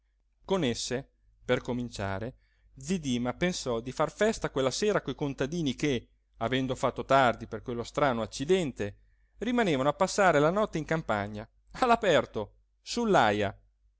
con esse per cominciare zi dima pensò di far festa quella sera coi contadini che avendo fatto tardi per quello strano accidente rimanevano a passare la notte in campagna all'aperto